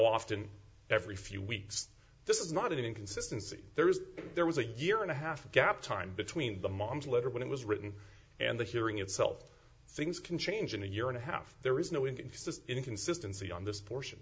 often every few weeks this is not an inconsistency there is there was a year and a half gap time between the mom's letter when it was written and the hearing itself things can change in a year and a half there is no increase this inconsistency on this portion